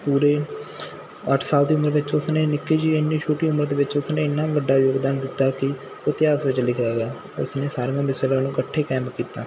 ਪੂਰੇ ਅੱਠ ਸਾਲ ਦੀ ਉਮਰ ਵਿੱਚ ਉਸਨੇ ਨਿੱਕੀ ਜਿਹੀ ਇੰਨੀ ਛੋਟੀ ਉਮਰ ਦੇ ਵਿੱਚ ਉਸਨੇ ਇਨਾ ਵੱਡਾ ਯੋਗਦਾਨ ਦਿੱਤਾ ਕਿ ਉਹ ਇਤਿਹਾਸ ਵਿੱਚ ਲਿਖਿਆ ਗਿਆ ਉਸਨੇ ਸਾਰੀਆਂ ਮਿਸਲਾਂ ਨੂੰ ਇਕੱਠੇ ਕਾਇਮ ਕੀਤਾ